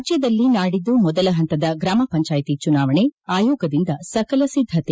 ರಾಜ್ಯದಲ್ಲಿ ನಾಡಿದ್ದು ಮೊದಲ ಹಂತದ ಗ್ರಾಮ ಪಂಚಾಯಿತಿ ಚುನಾವಣೆ ಆಯೋಗದಿಂದ ಸಕಲ ಸಿದ್ದತೆ